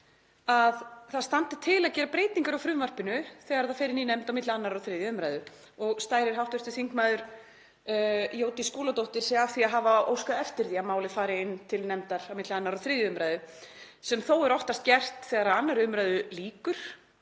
að það standi til að gera breytingar á frumvarpinu þegar það fer inn í nefnd á milli 2. og 3. umr. og stærir hv. þingmaður Jódís Skúladóttir sig af því að hafa óskað eftir því að málið fari inn til nefndar milli 2. og 3. umr. sem þó er oftast gert þegar 2. umr. lýkur